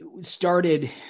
started